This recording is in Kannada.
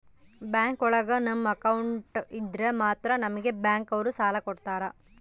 ಬ್ಯಾಂಕ್ ಒಳಗ ನಮ್ ಅಕೌಂಟ್ ಇದ್ರೆ ಮಾತ್ರ ನಮ್ಗೆ ಬ್ಯಾಂಕ್ ಅವ್ರು ಸಾಲ ಕೊಡ್ತಾರ